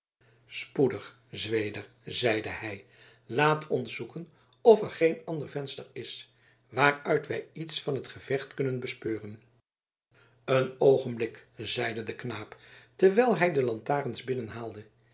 spoedig zweder zeide hij laat ons zoeken of er geen ander venster is waaruit wij iets van het gevecht kunnen bespeuren een oogenblik zeide de knaap terwijl hij de lantarens